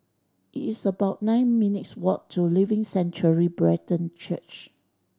it's about nine minutes' walk to Living Sanctuary Brethren Church